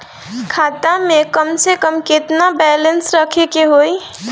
खाता में कम से कम केतना बैलेंस रखे के होईं?